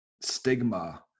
stigma